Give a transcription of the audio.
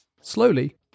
Slowly